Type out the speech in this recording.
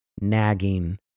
nagging